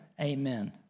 Amen